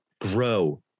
grow